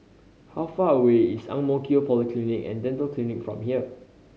how far away is Ang Mo Kio Polyclinic and Dental Clinic from here